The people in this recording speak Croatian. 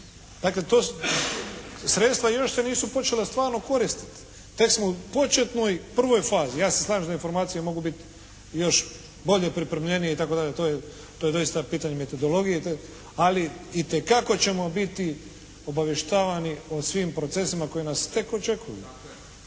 Dakle, ta sredstva još se nisu počela stvarno koristiti. Tek smo u početnoj prvoj fazi. Ja se slažem da informacije mogu biti još bolje pripremljenije itd. To je doista pitanje metodologije, ali itekako ćemo biti obavještavani o svim procesima koji nas tek očekuju.